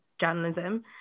journalism